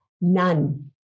None